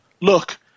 Look